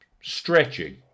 stretching